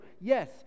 yes